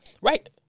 Right